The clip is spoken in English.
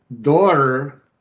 daughter